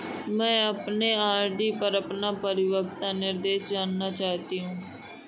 मैं अपने आर.डी पर अपना परिपक्वता निर्देश जानना चाहती हूँ